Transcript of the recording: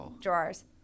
drawers